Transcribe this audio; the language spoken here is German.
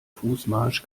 fußmarsch